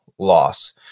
loss